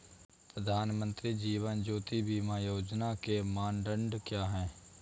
प्रधानमंत्री जीवन ज्योति बीमा योजना के मानदंड क्या हैं?